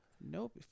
Nope